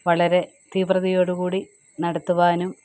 വളരെ തീവ്രതയോടുകൂടി നടത്തുവാനും